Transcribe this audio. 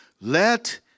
Let